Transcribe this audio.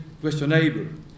questionable